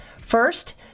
First